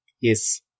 Yes